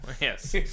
Yes